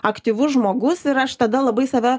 aktyvus žmogus ir aš tada labai save